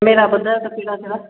camera ॿुधायो त कहिड़ा कहिड़ा